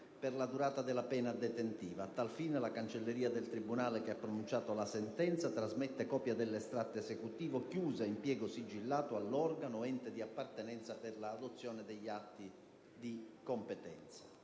per la durata della pena detentiva: a tal fine, la cancelleria del tribunale che ha pronunciato la sentenza trasmette copia dell'estratto esecutivo, chiusa in piego sigillato, all'organo competente dell'ente di appartenenza per l'adozione degli atti conseguenti.